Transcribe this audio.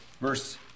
verse